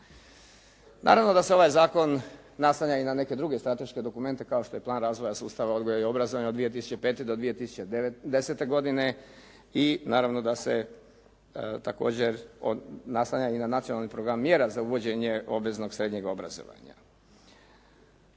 Naravno da se ovaj zakon naslanja i na neke druge strateške dokumente kao što je plan razvoja sustava odgoja i obrazovanja od 2005. do 2010. godine i naravno da se također naslanja i na nacionalni program mjera za uvođenje obveznog srednjeg obrazovanja.